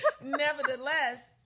nevertheless